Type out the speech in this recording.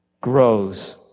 grows